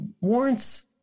warrants